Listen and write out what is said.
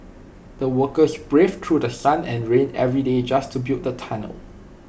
the workers braved through The Sun and rain every day just to build the tunnel